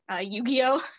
Yu-Gi-Oh